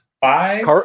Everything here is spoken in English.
five